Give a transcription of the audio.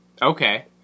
Okay